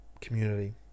community